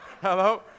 Hello